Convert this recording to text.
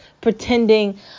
pretending